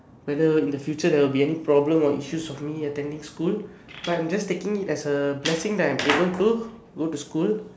whether in the future there will be any problem or issues of me attending school so I am just taking it as a blessing that I am able to go to school